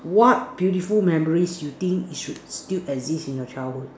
what beautiful memories you think it should still exist in your childhood